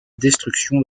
destruction